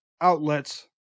outlets